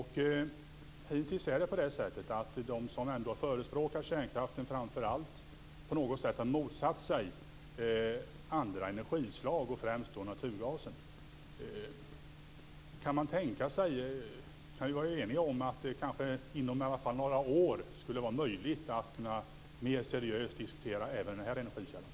Hittills har de som förespråkar framför allt kärnkraft på något sätt motsatt sig andra energislag och främst naturgas. Kan vi vara eniga om att det i alla fall inom några år skulle vara möjligt att mer seriöst diskutera även den här energikällan?